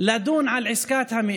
לדון על עסקת המאה.